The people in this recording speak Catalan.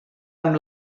amb